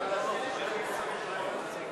סעיף 84, תשלום חובות, לשנת התקציב